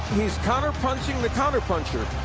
he's counterpunching the counterpuncher.